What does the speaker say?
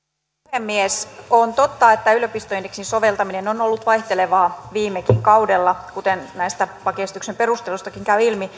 puhemies on totta että yliopistoindeksin soveltaminen on ollut vaihtelevaa viime kaudellakin kuten näistä lakiesityksen perusteluistakin käy ilmi